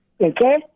okay